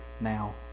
now